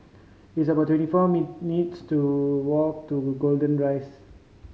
it's about twenty four walk to Golden Rise